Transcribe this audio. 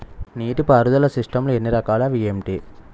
నీటిపారుదల సిస్టమ్ లు ఎన్ని రకాలు? అవి ఏంటి?